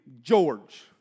George